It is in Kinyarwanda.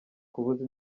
kubuza